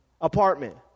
apartment